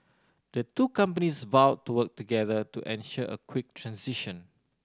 the two companies vowed to work together to ensure a quick transition